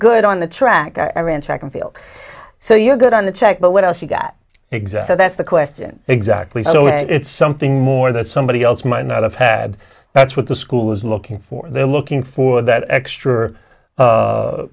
good on the track i ran track and field so you're good on the check but what i see that exact so that's the question exactly so it's something more that somebody else might not have had that's what the school is looking for they're looking for that extra